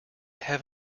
have